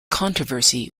controversy